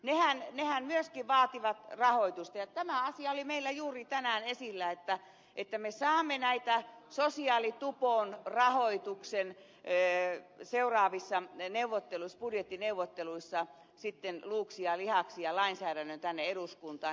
nehän myöskin vaativat rahoitusta ja tämä asia oli meillä juuri tänään esillä että me saamme sosiaalitupon rahoituksen seuraavissa budjettineuvotteluissa sitten luuksi ja lihaksi ja lainsäädännön tänne eduskuntaan